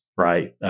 Right